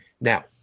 Now